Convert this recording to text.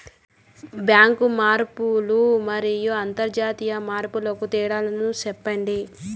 Bank మార్పులు మరియు అంతర్జాతీయ మార్పుల కు తేడాలు సెప్పండి?